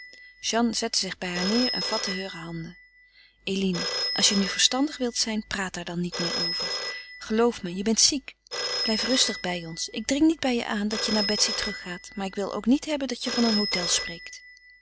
jeanne zette zich bij haar neer en vatte heure handen eline als je nu verstandig wilt zijn praat daar dan niet meer over geloof me je bent ziek blijf rustig bij ons ik dring niet bij je aan dat je naar betsy terug gaat maar ik wil ook niet hebben dat je van een hôtel spreekt